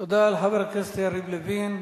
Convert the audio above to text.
תודה לחבר הכנסת יריב לוין.